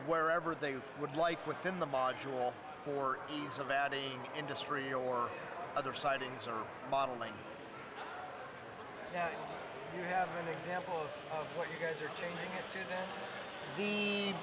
wherever they would like within the module for ease of adding industry or other sightings or modeling that you have an example